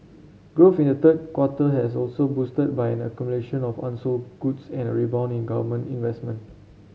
growth in the third quarter has also boosted by an accumulation of unsold goods and a rebound in government investment